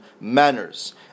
manners